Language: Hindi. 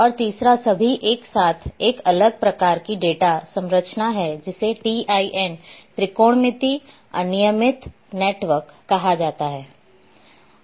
और तीसरा सभी एक साथ एक अलग प्रकार की डेटा संरचना है जिसे TIN त्रिकोणमित अनियमित नेटवर्क कहा जाता है